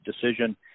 decision